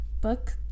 book